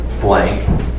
blank